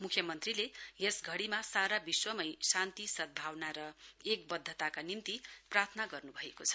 मुख्यमन्त्रीले यस घढ़ीमा सारा विश्वमै शान्ति सदभावना र एकवध्दताका निम्ति प्रार्थना गर्नुभएको छ